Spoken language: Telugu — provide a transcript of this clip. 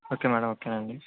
ఓకే మ్యాడమ్ ఓకే అండి